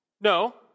No